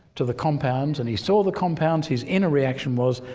to the compounds and he saw the compounds, his inner reaction was,